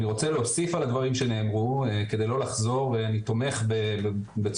אני רוצה להוסיף על הדברים שנאמרו כדי לא לחזור ואני תומך בצורה